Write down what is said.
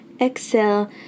exhale